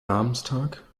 namenstag